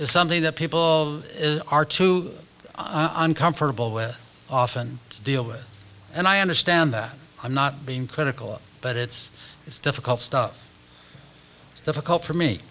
is something that people are too uncomfortable with often to deal with and i understand that i'm not being critical but it's it's difficult difficult for me